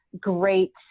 great